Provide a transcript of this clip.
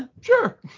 Sure